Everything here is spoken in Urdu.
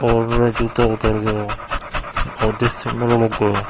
اور میرا جوتا اتر گیا اور جس سے میرے لگ گیا